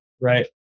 right